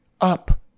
up